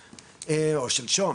שלשום,